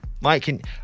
Mike